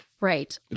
Right